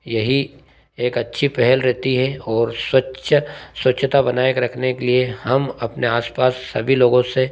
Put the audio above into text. यही एक अच्छी पहल रहती है और स्वच्छ स्वच्छता बनाए के रखने के लिए हम अपने आसपास सभी लोगों से